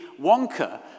Wonka